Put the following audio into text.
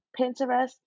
Pinterest